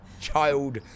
child